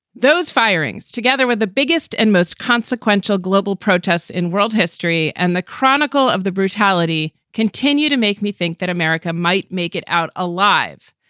those firings, together with the biggest and most consequential global protests in world history and the chronicle of the brutality continue to make me think that america might make it out alive,